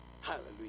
Hallelujah